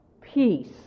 Peace